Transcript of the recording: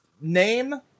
name